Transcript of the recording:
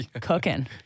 cooking